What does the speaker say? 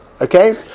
Okay